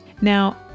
Now